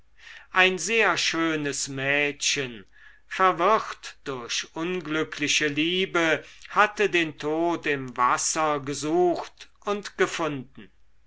ein sehr schönes mädchen verwirrt durch unglückliche liebe hatte den tod im wasser gesucht und gefunden